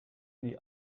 nie